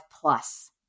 Plus